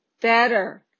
Better